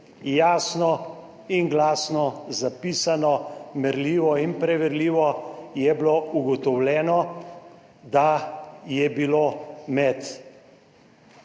Jasno in glasno, zapisano, merljivo in preverljivo je bilo ugotovljeno, da je med